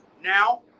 Now